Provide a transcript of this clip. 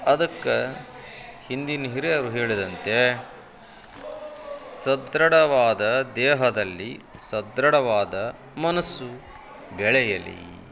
ಅದಕ್ಕೆ ಹಿಂದಿನ ಹಿರಿಯರು ಹೇಳಿದಂತೆ ಸದೃಢವಾದ ದೇಹದಲ್ಲಿ ಸದೃಢವಾದ ಮನಸ್ಸು ಬೆಳೆಯಲಿ